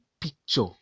picture